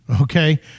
Okay